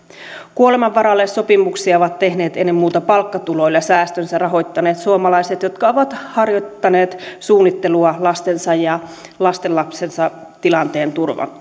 kuoleman varalle sopimuksia ovat tehneet ennen muuta palkkatuloilla säästönsä rahoittaneet suomalaiset jotka ovat harjoittaneet suunnittelua lastensa ja lastenlastensa tilanteen